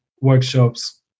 workshops